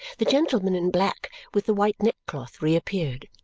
the gentleman in black with the white neckcloth reappeared.